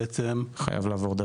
בעצם --- חייב לעבור.